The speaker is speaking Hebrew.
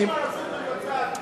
אבל המשרד מסכים.